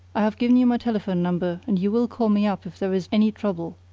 i have given you my telephone number and you will call me up if there is any trouble.